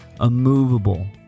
immovable